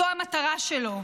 זו המטרה שלו.